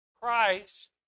Christ